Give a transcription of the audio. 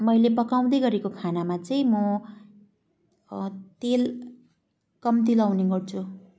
मैले पकाउँदै गरेको खानामा चाहिँ म तेल कम्ती लगाउने गर्छु